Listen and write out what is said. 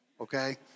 Okay